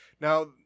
Now